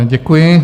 Děkuji.